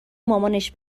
مامانش